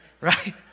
right